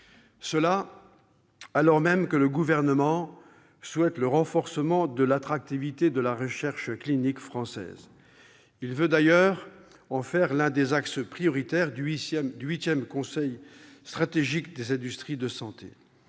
Dans le même temps, le Gouvernement souhaite le renforcement de l'attractivité de la recherche clinique française. Il veut d'ailleurs en faire l'un des axes prioritaires du 8 Conseil stratégique des industries de santé.